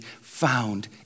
found